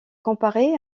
comparer